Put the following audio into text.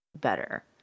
better